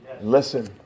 Listen